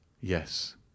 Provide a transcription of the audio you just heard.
Yes